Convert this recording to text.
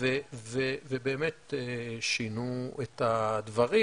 ובאמת שינו את הדברים,